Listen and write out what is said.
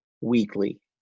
weekly